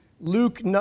Luke